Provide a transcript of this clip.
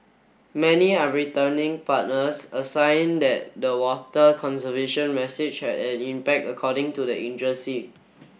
many are returning partners a sign that the water conservation message had an impact according to the agency